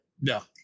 No